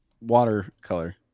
watercolor